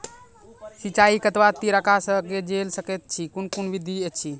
सिंचाई कतवा तरीका सअ के जेल सकैत छी, कून कून विधि ऐछि?